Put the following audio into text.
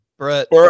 Brett